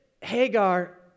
Hagar